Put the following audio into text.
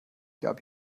gab